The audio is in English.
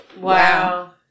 Wow